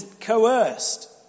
coerced